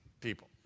people